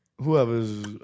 Whoever's